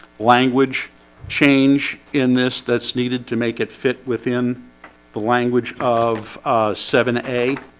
language change in this that's needed to make it fit within the language of seven a